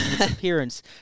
appearance